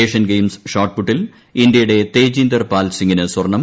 Asian Games ഷോട്ട്പുട്ടിൽ ഇന്ത്യയുടെ തേജീന്ദ്രർ പാൽസിംങ്ങിന് സ്വർണ്ണം